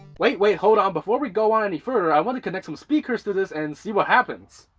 wait wait, hold on. before we go on any further i want to connect some speakers to this and see what happens.